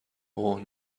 اوه